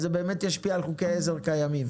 זה באמת ישפיע על חוקי עזר קיימים.